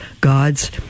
God's